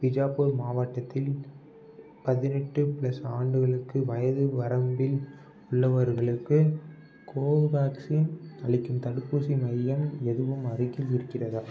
பிஜாப்பூர் மாவட்டத்தில் பதினெட்டு ப்ளஸ் ஆண்டுகள் வயது வரம்பில் உள்ளவர்களுக்கு கோவேக்சின் அளிக்கும் தடுப்பூசி மையம் எதுவும் அருகில் இருக்கிறதா